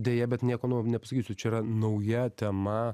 deja bet nieko naujo nepasakysiu čia yra nauja tema